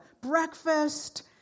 breakfast